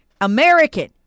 American